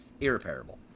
irreparable